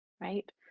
right